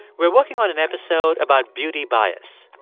we're working on an episode about beauty bias.